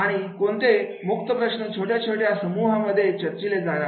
आणि कोणते मुक्त प्रश्न छोटे छोटे समूह मध्ये चर्चिले जाणार